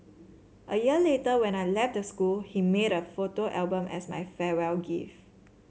a year later when I left the school he made a photo album as my farewell gift